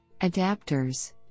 Adapters